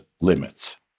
limits